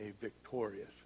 victorious